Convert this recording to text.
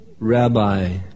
Rabbi